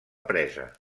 presa